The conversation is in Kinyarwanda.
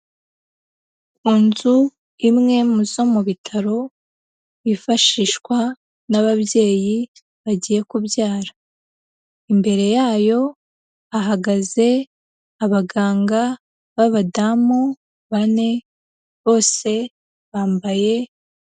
Inzu imwe mu zo mu bitaro yifashishwa n'ababyeyi bagiye kubyara, imbere yayo hahagaze abaganga b'abadamu bane bose bambaye.